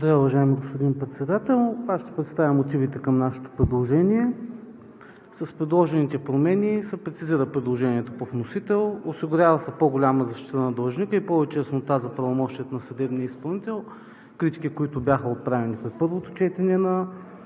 Благодаря, уважаеми господин Председател. Аз ще представя мотивите към нашето предложение. С предложените промени са прецизира предложението по вносител, осигурява се по-голяма защита на длъжника и повече яснота за правомощията на съдебния изпълнител. Критики, които бяха отправени при първото четене на